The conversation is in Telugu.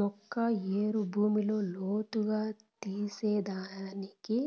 మొక్క ఏరు భూమిలో లోతుగా తీసేదానికి